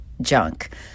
junk